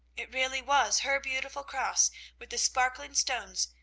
it really was her beautiful cross with the sparkling stones,